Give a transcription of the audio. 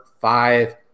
five